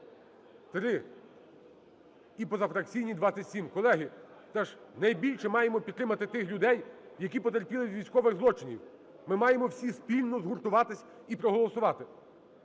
– 3 і позафракційні – 27. Колеги, найбільше маємо підтримати тих людей, які потерпіли від військових злочинів. Ми маємо всі спільно згуртуватись і проголосувати.